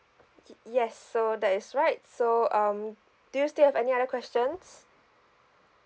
y~ yes so that is right so um do you still have any other questions